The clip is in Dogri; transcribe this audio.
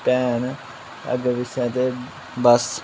हैन अग्गें पिच्छें ते बस